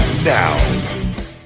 Now